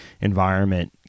environment